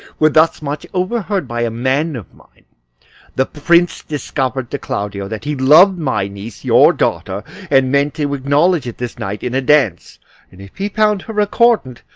were thus much overheard by a man of mine the prince discovered to claudio that he loved my niece your daughter and meant to acknowledge it this night in a dance and if he found her accordant,